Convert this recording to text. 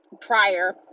prior